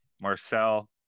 marcel